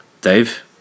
dave